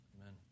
Amen